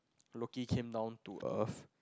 Loki came down to earth